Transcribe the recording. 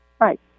Right